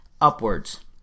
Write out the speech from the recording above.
upwards